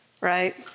Right